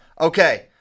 Okay